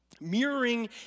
mirroring